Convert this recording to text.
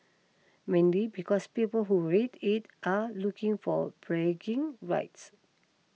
mainly because people who read it are looking for bragging rights